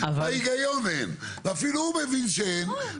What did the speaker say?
בהיגיון אין ואפילו הוא מבין שאין,